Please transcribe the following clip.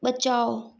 बचाओ